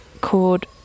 called